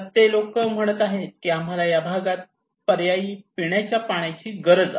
ते लोक आता म्हणत आहेत की आम्हाला या भागात पर्यायी पिण्याच्या पाण्याची गरज आहे